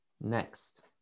Next